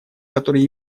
которые